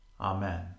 Amen